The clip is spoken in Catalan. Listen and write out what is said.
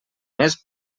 més